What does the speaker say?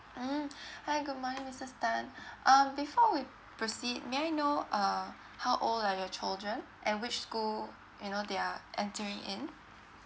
mm hi good morning missus tan um before we proceed may I know uh how old are your children and which school you know they are entering in